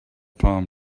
palm